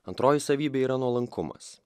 antroji savybė yra nuolankumas